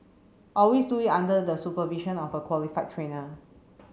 always do it under the supervision of a qualified trainer